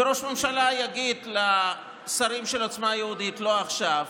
וראש הממשלה יגיד לשרים של עוצמה יהודית: לא עכשיו,